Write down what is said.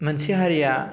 मोनसे हारिया